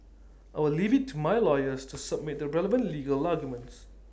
I will leave IT to my lawyers to submit the relevant legal arguments